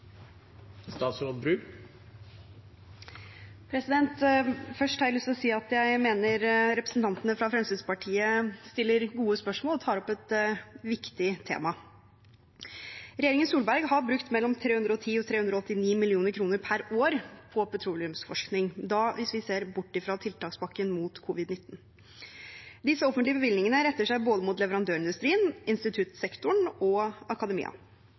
Først har jeg lyst til å si at jeg mener representantene fra Fremskrittspartiet stiller gode spørsmål og tar opp et viktig tema. Regjeringen Solberg har brukt mellom 310 og 389 mill. kr per år på petroleumsforskning, hvis vi ser bort fra tiltakspakken mot covid-19. Disse offentlige bevilgningene retter seg både mot leverandørindustrien, instituttsektoren og akademia.